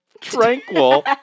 tranquil